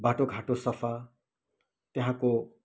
बाटोघाटो सफा त्यहाँको